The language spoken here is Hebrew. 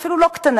אפילו לא קטנה,